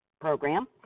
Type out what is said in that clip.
program